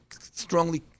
strongly